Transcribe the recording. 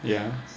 yeah